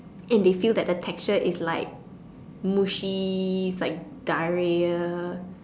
and they feel that the texture is like mushy is like diarrhea